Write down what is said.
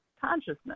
consciousness